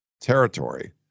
territory